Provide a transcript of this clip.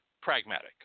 pragmatic